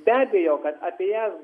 be abejo kad apie jas